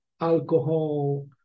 alcohol